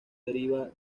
deriva